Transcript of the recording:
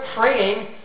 praying